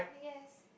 I guess